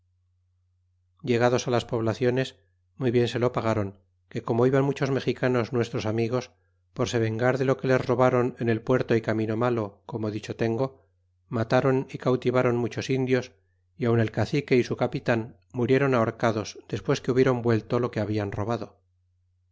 llegados álas poblaciones muy bien se lo pagaron que como iban muchos mexicanos nuestros amigos por se vengar dele que les robaron en el puerto y camino malo como dicho tengo matron y cautivaron muchos indios y aun el cacique y su capitan murieron ahorcados despues que hubieron vuelto lo que hablan robado